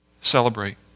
celebrate